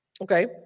Okay